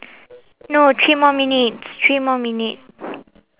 no three more minutes three more minute